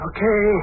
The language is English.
Okay